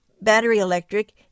battery-electric